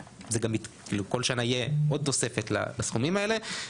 ובכל שנה תהיה עוד תוספת לסכומים האלה.